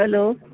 hello